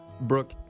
brooke